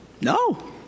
no